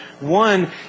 One